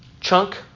chunk